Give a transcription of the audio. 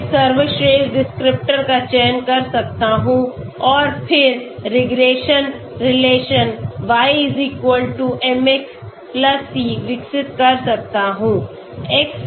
मैं सर्वश्रेष्ठ डिस्क्रिप्टर का चयन कर सकता हूं और फिर regression relation y mx c विकसित कर सकता हूं